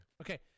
Okay